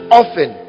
often